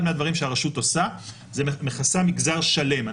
אחד מהדברים שהרשות עושה זה מכסה מגזר שלם.